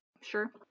Sure